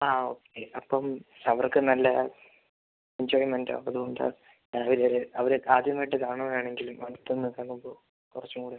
ആ ഓക്കെ അപ്പം അവർക്ക് നല്ല എൻജോയ്മെന്റാണ് അതുകൊണ്ട് രാവിലെ അവര് ആദ്യമായിട്ട് കാണുവാണെങ്കിലും അടുത്തുന്ന് കാണുമ്പോൾ കുറച്ചും കൂടെ